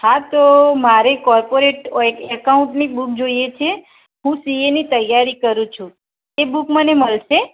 હા તો મારે એક કોર્પોરેટ એ એકાઉન્ટની બૂક જોઈએ છે હું સી એની તૈયારી કરું છું એ બૂક મને મલશે